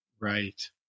Right